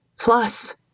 plus